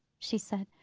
she said.